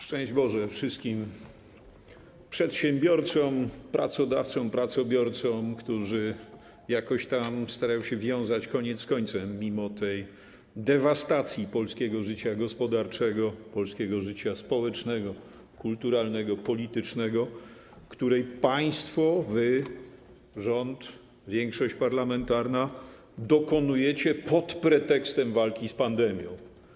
Szczęść Boże wszystkim przedsiębiorcom, pracodawcom, pracobiorcom, którzy starają się wiązać koniec z końcem mimo dewastacji polskiego życia gospodarczego, społecznego, kulturalnego, politycznego, której państwo, rząd, większość parlamentarna dokonujecie pod pretekstem walki z pandemią!